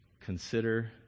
consider